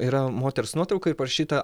yra moters nuotrauka ir parašyta